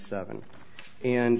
seven and